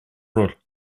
роль